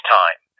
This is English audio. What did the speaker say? time